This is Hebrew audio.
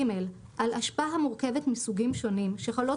(ג) על אשפה המורכבת מסוגים שונים שחלות